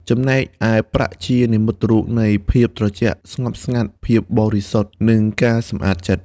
ចំណែកឯ ប្រាក់ ជានិមិត្តរូបនៃភាពត្រជាក់ស្ងប់ស្ងាត់ ភាពបរិសុទ្ធ និងការសម្អាតចិត្ត។